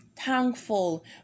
thankful